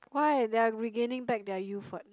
why their regaining back their youth what